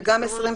וגם (23),